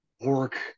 work